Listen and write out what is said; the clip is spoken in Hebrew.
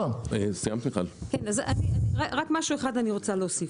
רק עוד משהו אחד אני רוצה להוסיף.